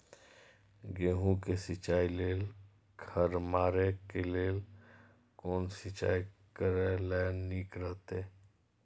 गेहूँ के सिंचाई लेल खर मारे के लेल कोन सिंचाई करे ल नीक रहैत?